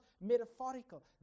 metaphorical